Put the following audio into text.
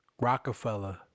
Rockefeller